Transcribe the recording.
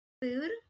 food